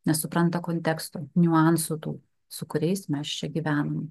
nesupranta konteksto niuansų tų su kuriais mes čia gyvenam